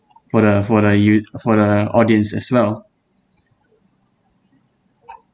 for the for the y~ for the audience as well